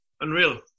Unreal